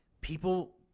people